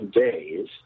days